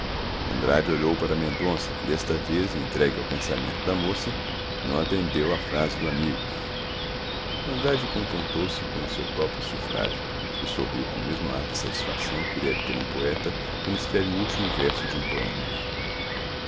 andrade olhou para mendonça que desta vez entregue ao pensamento da moça não atendeu à frase do amigo andrade contentou-se com o seu próprio sufrágio e sorriu com o mesmo ar de satisfação que deve ter um poeta quando escreve o último verso de um poema